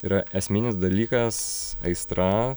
yra esminis dalykas aistra